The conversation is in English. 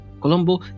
Colombo